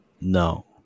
No